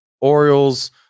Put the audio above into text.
Orioles